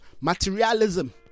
materialism